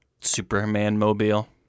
Superman-mobile